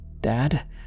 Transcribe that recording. Dad